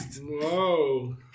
whoa